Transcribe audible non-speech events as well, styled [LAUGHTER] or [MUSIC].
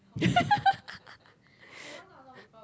[LAUGHS]